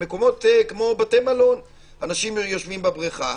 במקומות כמו בתי מלון אנשים יושבים בבריכה,